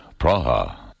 Praha